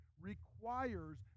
requires